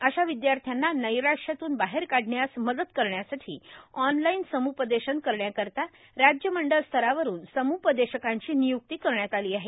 अशा विद्यार्थ्यांना नैराश्यातून बाहेर काढण्यास मदत करण्यासाठी ऑनलाईन सम्पदेशन करण्याकरीता राज्यमंडळ स्तरावरुन सम्पदेशकांची निय्क्ती करण्यात आली आहे